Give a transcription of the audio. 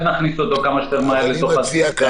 נכניס אותו כמה שיותר מהר לתוך הסיסטם,